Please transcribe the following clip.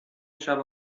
شبو